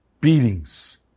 beatings